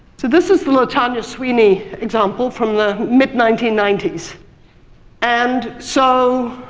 this is the latanya sweeney example from the mid nineteen ninety s and so,